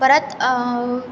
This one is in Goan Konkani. परत